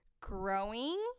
growing